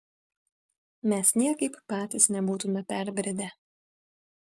mes niekaip patys nebūtume perbridę